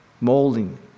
molding